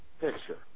picture